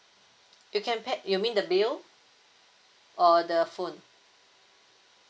you can pay you mean the bill or the phone